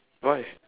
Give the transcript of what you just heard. why